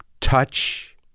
touch